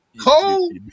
Cold